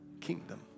kingdom